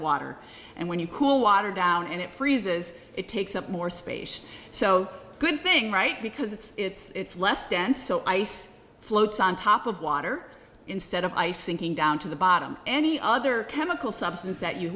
water and when you cool water down and it freezes it takes up more space so good thing right because it's less dense so ice floats on top of water instead of ice sinking down to the bottom any other chemical substance that you